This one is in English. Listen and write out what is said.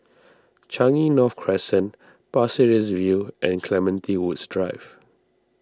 Changi North Crescent Pasir Ris View and Clementi Woods Drive